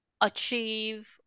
achieve